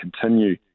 continue